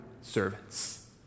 servants